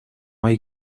hay